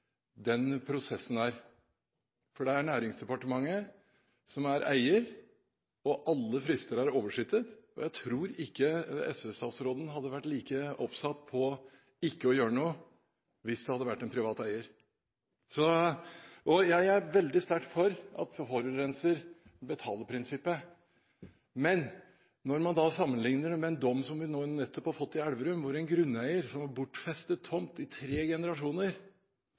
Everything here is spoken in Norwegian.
den prosessen. Det er Næringsdepartementet som er eier, alle frister er oversittet, og jeg tror ikke SV-statsråden hadde vært like oppsatt på ikke å gjøre noe hvis det hadde vært en privat eier. Jeg er veldig sterkt for forurenserbetaler-prinsippet. Men når man sammenligner det med en dom som vi nettopp har fått i Elverum, hvor en grunneier som har bortfestet tomt i tre generasjoner,